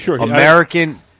American